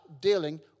dealing